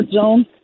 zone